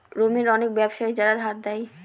রোমের অনেক ব্যাবসায়ী যারা ধার দেয়